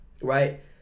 right